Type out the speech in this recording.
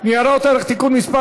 ניירות ערך (תיקון מס'